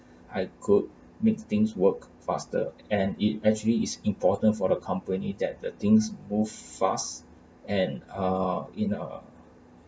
I could make things work faster and it actually is important for the company that the things move fast and are in uh